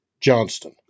Johnston